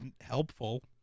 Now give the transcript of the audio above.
helpful